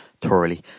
thoroughly